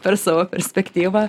per savo perspektyvą